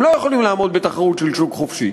הם לא יכולים לעמוד בתחרות של שוק חופשי.